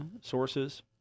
sources